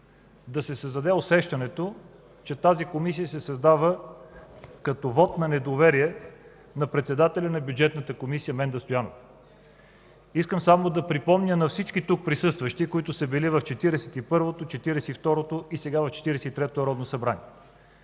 да се създаде усещането, че тази комисия се създава като вот на недоверие на председателя на Бюджетната комисия Менда Стоянова. Искам само да припомня на всички тук присъстващи, които са били в Четиридесет и първото,